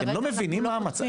אתם לא מבינים מה המצב?